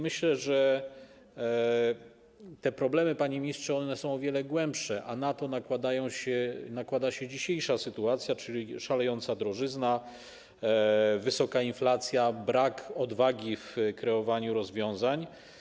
Myślę, że te problemy, panie ministrze, są o wiele głębsze, a na to nakłada się dzisiejsza sytuacja, czyli szalejąca drożyzna, wysoka inflacja, brak odwagi w kreowaniu rozwiązań.